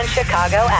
Chicago